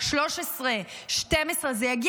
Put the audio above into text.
של עיתונאים שאנחנו